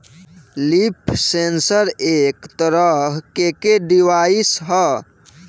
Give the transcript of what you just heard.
leaf sensor एक तरह के के डिवाइस ह